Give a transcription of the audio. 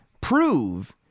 prove